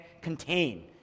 contain